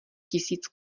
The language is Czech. tisíc